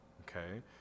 Okay